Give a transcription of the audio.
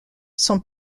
son